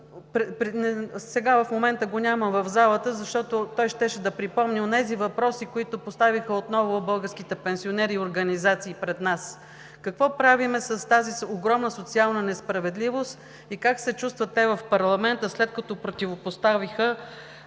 сега в момента го няма в залата, защото той щеше да припомни онези въпроси, които поставиха отново българските пенсионери и организации пред нас. Какво правим с тази огромна социална несправедливост и как се чувстват те в парламента, след като противопоставиха